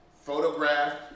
photographed